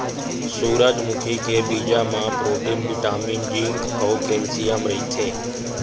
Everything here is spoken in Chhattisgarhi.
सूरजमुखी के बीजा म प्रोटीन, बिटामिन, जिंक अउ केल्सियम रहिथे